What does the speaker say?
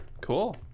Cool